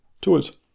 tools